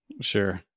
Sure